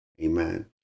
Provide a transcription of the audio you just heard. Amen